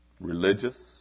Religious